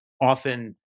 often